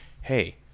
Hey